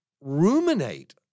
ruminate